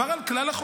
עבר על החומרים,